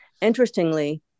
interestingly